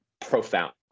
profound